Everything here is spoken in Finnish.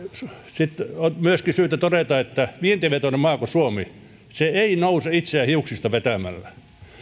näemme sitten on myöskin syytä todeta että vientivetoinen maa niin kuin suomi ei nouse itseään hiuksista vetämällä